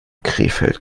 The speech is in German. krefeld